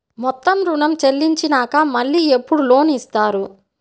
మొత్తం ఋణం చెల్లించినాక మళ్ళీ ఎప్పుడు లోన్ ఇస్తారు?